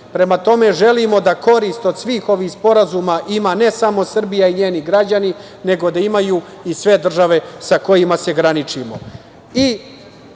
Prema tome, želimo da korist od svih ovih sporazuma ima ne samo Srbija i njeni građani, nego da imaju i sve države sa kojima se graničimo. Kako